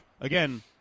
Again